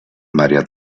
maria